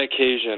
occasion